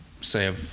Say